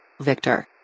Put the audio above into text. victor